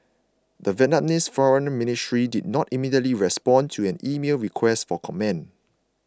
the Vietnamese foreign ministry did not immediately respond to an emailed request for comment